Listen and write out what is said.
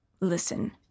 Listen